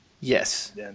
Yes